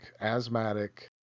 asthmatic